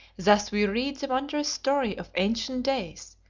thus we read the wondrous story of ancient days,